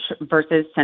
versus